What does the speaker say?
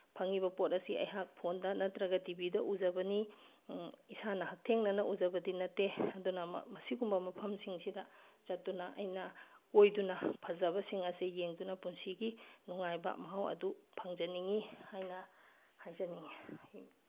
ꯐꯪꯉꯤꯕ ꯄꯣꯠ ꯑꯁꯤ ꯑꯩꯍꯥꯛ ꯐꯣꯟꯗ ꯅꯠꯇ꯭ꯔꯒ ꯇꯤ ꯚꯤꯗ ꯎꯖꯕꯅꯤ ꯏꯁꯥꯅ ꯍꯛꯊꯦꯡꯅꯅ ꯎꯖꯕꯗꯤ ꯅꯠꯇꯦ ꯑꯗꯨꯅ ꯃꯁꯤꯒꯨꯝꯕ ꯃꯐꯝꯁꯤꯡ ꯁꯤꯗ ꯆꯠꯇꯨꯅ ꯑꯩꯅ ꯀꯣꯏꯗꯨꯅ ꯐꯖꯕꯁꯤꯡ ꯑꯁꯤ ꯌꯦꯡꯗꯨꯅ ꯄꯨꯟꯁꯤꯒꯤ ꯅꯨꯡꯉꯥꯏꯕ ꯃꯍꯥꯎ ꯑꯗꯨ ꯐꯪꯖꯅꯤꯡꯉꯤ ꯍꯥꯏꯅ ꯍꯥꯏꯖꯅꯤꯡꯉꯤ